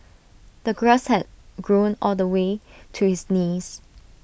the grass had grown all the way to his knees